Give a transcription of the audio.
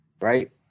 right